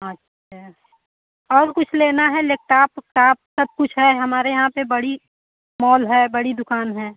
अच्छा और कुछ लेना है लेक्टॉप उप्टॉप सबकुछ है हमारे यहाँ पर बड़ी मॉल है बड़ी दुकान है